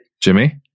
Jimmy